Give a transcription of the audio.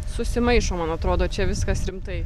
susimaišo man atrodo čia viskas rimtai